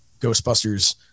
Ghostbusters